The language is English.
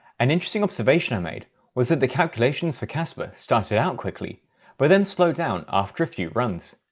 an interesting observation i made was that the calculations for cassper started out quickly but then slowed down after a few runs.